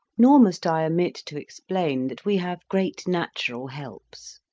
nor must i omit to explain that we have great natural helps.